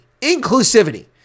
Inclusivity